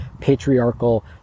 patriarchal